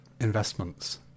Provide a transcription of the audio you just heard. investments